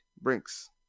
Brinks